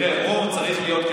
רוב צריך להיות,